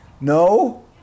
no